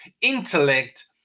intellect